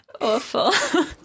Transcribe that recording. Awful